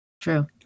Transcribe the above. True